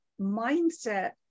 mindset